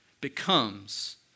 becomes